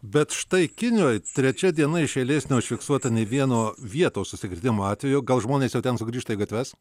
bet štai kinijoj trečia diena iš eilės neužfiksuota nei vieno vietos užsikrėtimo atvejo gal žmonės jau ten sugrįžta į gatves